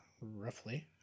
roughly